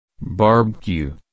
Barbecue